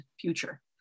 future